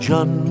John